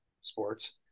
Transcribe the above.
sports